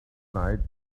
night